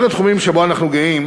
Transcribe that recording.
אחד התחומים שבו אנחנו גאים